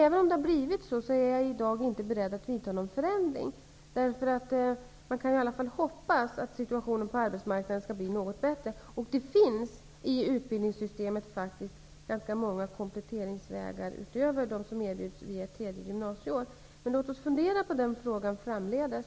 Även om det blivit så, är jag i dag inte beredd att vidta någon förändring, för man kan i alla fall hoppas att situationen på arbetsmarknaden skall bli något bättre. Det finns inom utbildningssystemet faktiskt ganska många kompletteringsvägar utöver dem som erbjuds via tredje gymnasieår. Låt oss fundera på frågan framdeles.